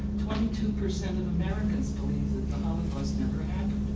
twenty two percent of americans believe that the holocaust never and